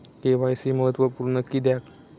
KYC महत्त्वपुर्ण किद्याक?